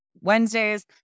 Wednesdays